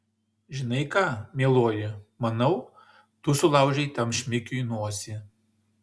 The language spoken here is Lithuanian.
žinai ką mieloji manau tu sulaužei tam šmikiui nosį